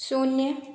शून्य